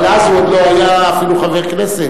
אבל אז הוא עוד לא היה אפילו חבר כנסת,